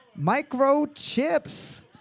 microchips